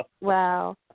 Wow